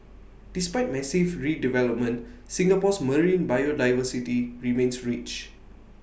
despite massive redevelopment Singapore's marine biodiversity remains rich